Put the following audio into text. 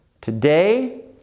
Today